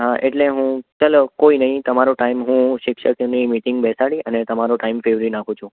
હં એટલે હું ચાલો કોઈ નહીં તમારો ટાઈમ હું શિક્ષકની મિટિંગ બેસાડી અને તમારો ટાઈમ ફેરવી નાખું છું